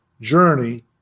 journey